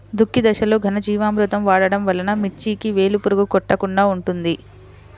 దుక్కి దశలో ఘనజీవామృతం వాడటం వలన మిర్చికి వేలు పురుగు కొట్టకుండా ఉంటుంది?